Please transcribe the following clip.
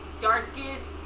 darkest